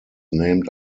named